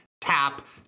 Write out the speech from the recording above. tap